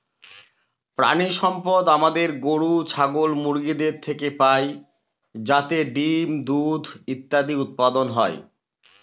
প্রানীসম্পদ আমাদের গরু, ছাগল, মুরগিদের থেকে পাই যাতে ডিম, দুধ ইত্যাদি উৎপাদন হয়